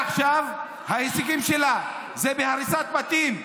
ההישגים שלה זה בהריסת בתים.